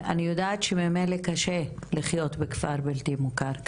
אני יודעת שממילא קשה לחיות בכפר בלתי מוכר,